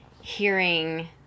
hearing